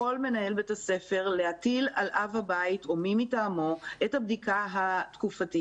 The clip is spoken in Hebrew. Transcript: יכול מנהל בית הספר להטיל על אב הבית או מי מטעמו את הבדיקה התקופתית,